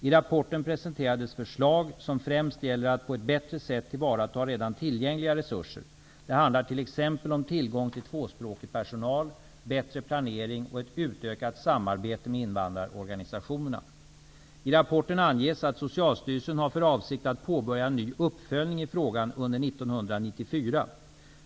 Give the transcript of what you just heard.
I rapporten presenteras förslag som främst gäller att på ett bättre sätt tillvarata redan tillgängliga resurser. Det handlar t.ex. om tillgång till tvåspråkig personal, bättre planering och ett utökat samarbete med invandrarorganisationerna. I rapporten anges att Socialstyrelsen har för avsikt att påbörja en ny uppföljning i frågan under 1994.